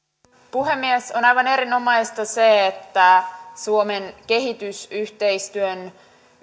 puhemies on aivan erinomaista se että suomen kehitysyhteistyön